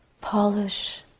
polish